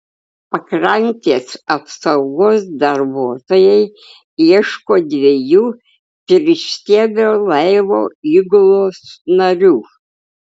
pakrantės apsaugos darbuotojai ieško dviejų tristiebio laivo įgulos narių